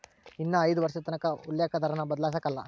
ಇನ್ನ ಐದು ವರ್ಷದತಕನ ಉಲ್ಲೇಕ ದರಾನ ಬದ್ಲಾಯ್ಸಕಲ್ಲ